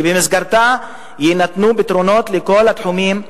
שבמסגרתה יינתנו פתרונות לכל התחומים,